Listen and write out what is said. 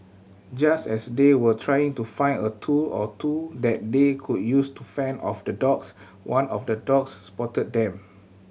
just as they were trying to find a tool or two that they could use to fend off the dogs one of the dogs spotted them